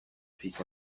fils